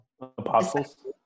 Apostles